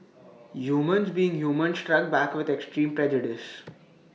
humans being humans struck back with extreme prejudice